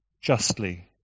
justly